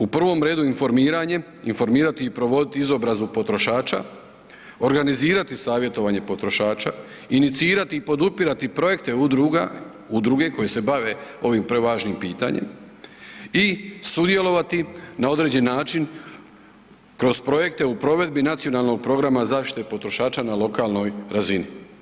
U prvom redu informiranjem, informirati i provoditi izobrazbu potrošača, organizirati savjetovanje potrošača, inicirati i podupirati projekte udruga, udruge koje se bave ovim prevažnim pitanjem i sudjelovati na određen način kroz projekte u provedbi nacionalnog programa zaštite potrošača na lokalnoj razini.